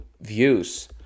views